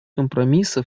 компромисса